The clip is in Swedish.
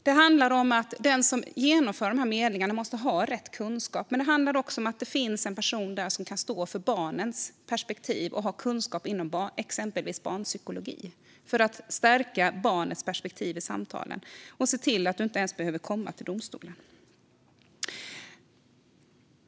Det handlar om att den som genomför de här medlingarna måste ha rätt kunskap men också om att det ska finnas en person som kan stå för barnens perspektiv och ha kunskap inom exempelvis barnpsykologi för att stärka barnets perspektiv i samtalen och se till att det inte ens behöver komma till domstolen.